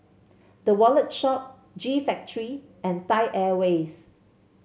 The Wallet Shop G Factory and Thai Airways